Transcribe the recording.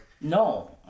No